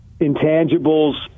intangibles